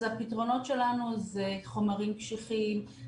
אז הפתרונות שלנו הם חומרים קשיחים,